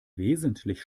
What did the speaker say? wesentlich